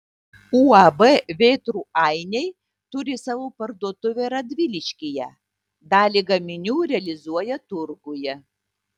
uab vėtrų ainiai turi savo parduotuvę radviliškyje dalį gaminių realizuoja turguje